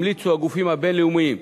המליצו הגופים הבין-לאומיים,